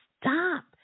stop